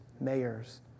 mayors